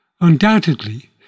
Undoubtedly